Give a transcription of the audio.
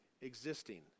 existing